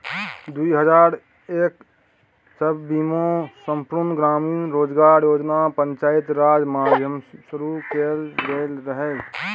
दु हजार एक इस्बीमे संपुर्ण ग्रामीण रोजगार योजना पंचायती राज माध्यमसँ शुरु कएल गेल रहय